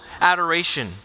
adoration